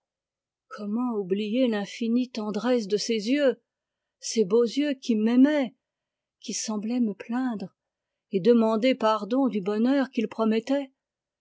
comment oublier l'infinie tendresse de ses yeux ses beaux yeux qui m'aimaient qui semblaient me plaindre et demander pardon du bonheur qu'ils promettaient